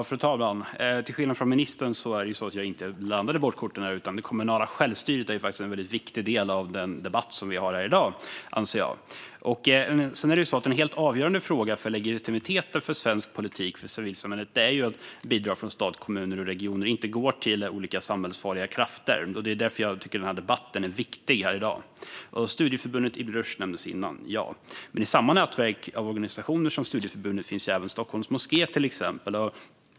Fru talman! Till skillnad från ministern blandar jag inte bort korten här. Det kommunala självstyret är faktiskt en viktig del av den debatt som vi har här i dag, anser jag. En helt avgörande fråga för legitimiteten för svensk politik när det gäller civilsamhället är att bidrag från stat, kommuner och regioner inte ska gå till olika samhällsfarliga krafter. Därför tycker jag att den här debatten är viktig. Studieförbundet Ibn Rushd nämndes här tidigare. I samma nätverk av organisationer som studieförbundet finns till exempel även Stockholms moské.